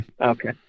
Okay